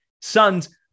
Sons